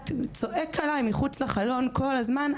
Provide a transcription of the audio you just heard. צועק עלי מחוץ לחלון כל הזמן,